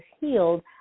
healed